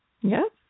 Yes